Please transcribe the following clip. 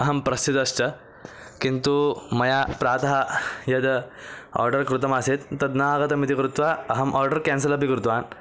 अहं प्रस्थितश्च किन्तु मया प्रातः यद् आर्डर् कृतमासीत् तद् नागतम् इति कृत्वा अहम् आर्डर् केन्सल् अपि कृतवान्